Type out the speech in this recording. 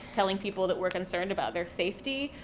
telling people that we're concerned about their safety,